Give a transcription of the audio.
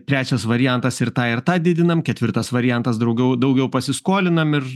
trečias variantas ir tą ir tą didinam ketvirtas variantas daugiau daugiau pasiskolinam ir